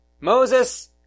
Moses